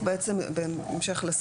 בהמשך לשיח,